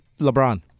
LeBron